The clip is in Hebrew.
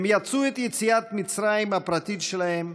הם יצאו את יציאת מצרים הפרטית שלהם,